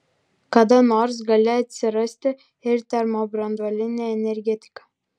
kada nors gali atsirasti ir termobranduolinė energetika